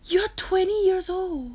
you are twenty years old